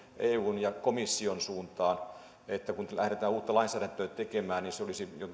eun ja komission suuntaan että kun lähdetään uutta lainsäädäntöä tekemään niin olisi